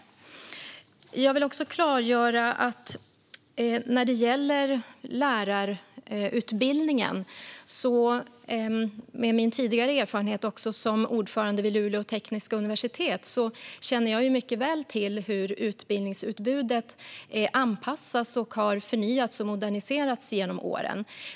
Jag vill också klargöra att när det gäller lärarutbildningen, med min tidigare erfarenhet som ordförande vid Luleå tekniska universitet, känner jag mycket väl till hur utbildningsutbudet har anpassats, förnyats och moderniserats genom åren.